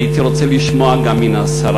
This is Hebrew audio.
הייתי רוצה לשמוע גם מהשרה.